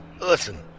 listen